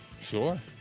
Sure